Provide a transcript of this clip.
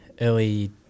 early